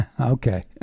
okay